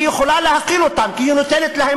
היא יכולה להכיל אותם כי היא נותנת להם